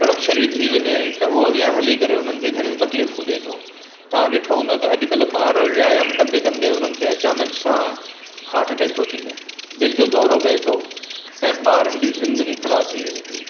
कड़क शरीर थी वञे त उहो अॻियां हली करे उन्हनि खे घणियूं तकलीफ़ू ॾिए थो तव्हां ॾिठो हूंदो त अॼुकल्ह ॿार व्यायाम कंदे कंदे उन्हनि खे अचानक सां हार्टअटैक थो अची वञे दिलि जो दौरो पए थो ऐं ॿारनि जी ज़िंदगी खलास थी वञे थी